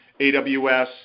AWS